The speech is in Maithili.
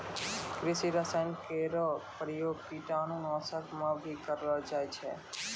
कृषि रसायन केरो प्रयोग कीटाणु नाशक म भी करलो जाय छै